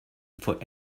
before